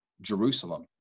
Jerusalem